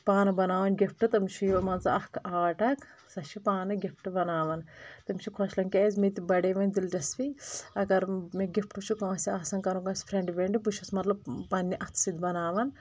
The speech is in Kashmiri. پانہٕ بناوان گفٹ تٔمِس چھُ یہِ مان ژٕ اکھ آٹ اکھ سۄ چھِ پانہٕ گفٹ بناوان تٔمِس چھِ خۄش لگان کیازِ مےٚ تہِ بڑے وۄنۍ دلچسپی اگر مےٚ گفٹ چھُ کٲنٛسہِ آسان کرُن کٲنٛسہِ فریٚنڈِ وریٚنڈِ بہٕ چھُس مطلب پننہِ اتھہٕ سۭتۍ بناوان